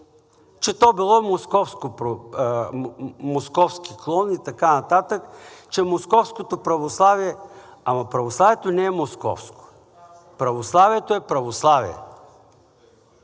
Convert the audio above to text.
че то било московски клон и така нататък, че московското православие... Ама православието не е московско. Православието е православие.